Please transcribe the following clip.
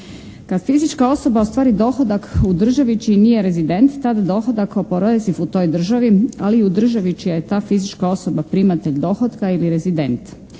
Kad fizička osoba ostvari dohodak u državi čiji nije rezident, tada dohodak oporeziv u toj državi, ali i u državi čija je ta fizička osoba primatelj dohotka ili rezident.